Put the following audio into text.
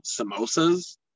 samosas